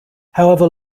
however